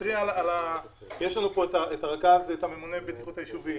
ממונה הבטיחות היישובי,